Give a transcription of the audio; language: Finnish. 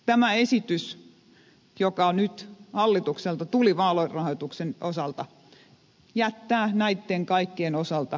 tämä esitys joka nyt hallitukselta tuli vaalirahoituksen osalta jättää näiden kaikkien osalta suuren aukon